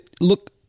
look